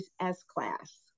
S-Class